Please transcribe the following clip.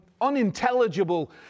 unintelligible